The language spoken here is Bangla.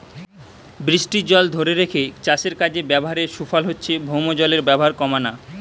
বৃষ্টির জল ধোরে রেখে চাষের কাজে ব্যাভারের সুফল হচ্ছে ভৌমজলের ব্যাভার কোমানা